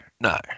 no